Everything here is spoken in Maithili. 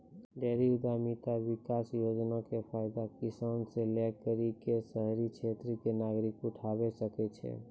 डेयरी उद्यमिता विकास योजना के फायदा किसान से लै करि क शहरी क्षेत्र के नागरिकें उठावै सकै छै